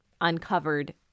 uncovered